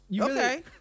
Okay